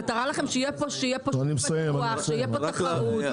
המטרה שלכם שיהיה פה שוק פתוח, שתהיה תחרות.